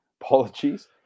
apologies